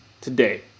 today